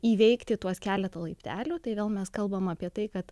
įveikti tuos keletą laiptelių tai vėl mes kalbam apie tai kad